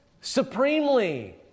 supremely